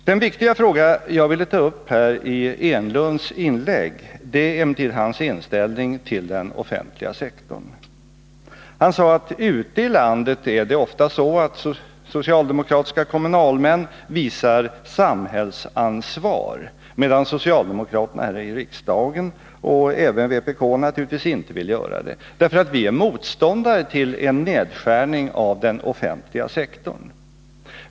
Den viktiga fråga i Eric Enlunds inlägg som jag vill ta upp gäller hans inställning till den offentliga sektorn. Han sade att socialdemokratiska kommunalmän ute i landet ofta visar samhällsansvar, medan socialdemokraterna här i riksdagen och naturligtvis även vpk inte vill göra det, därför att vi är motståndare till en nedskärning av den offentliga sektorn.